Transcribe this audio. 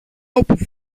όπου